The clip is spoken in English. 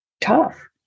tough